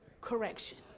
correction